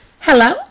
Hello